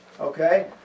Okay